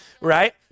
right